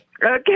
Okay